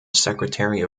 secretary